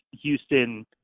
Houston